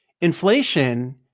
Inflation